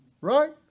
right